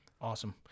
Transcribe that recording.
awesome